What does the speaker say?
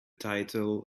title